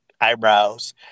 eyebrows